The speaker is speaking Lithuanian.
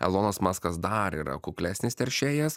elonas maskas dar yra kuklesnis teršėjas